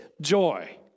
joy